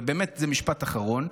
וזה באמת משפט אחרון,